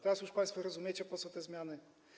Teraz już państwo rozumiecie, po co te zmiany?